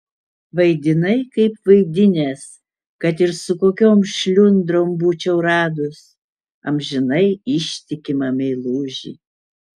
vaidinai kaip vaidinęs kad ir su kokiom šliundrom būčiau radus amžinai ištikimą meilužį